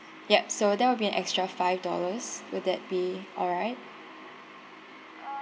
yup so that will be an extra five dollars would that be alright